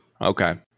Okay